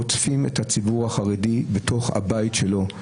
רודפים את הציבור החרדי בתוך הבית שלו,